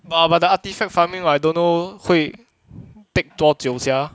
!wah! but the artefact farming I don't know 会 take 多久 sia